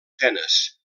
tenes